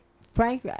Frank